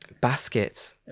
Basket